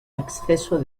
exceso